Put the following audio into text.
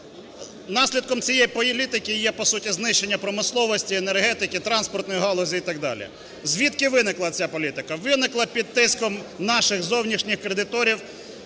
Наслідком цієї політики є по суті знищення промисловості, енергетики, транспортної галузі і так далі. Звідки виникла ця політика? Виникла під тиском наших зовнішніх кредиторів